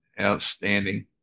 Outstanding